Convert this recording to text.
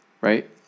right